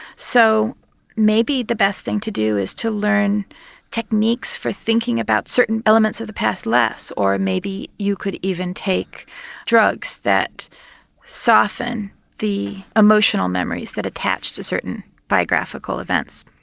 so maybe the best thing to do is to learn techniques for thinking about certain elements of the past less, or maybe you could even take drugs that soften the emotional memories that attach to certain biographical events.